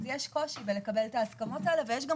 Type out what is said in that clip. אז יש קושי לקבל את ההסכמות האלה ויש גם